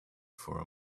for